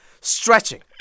stretching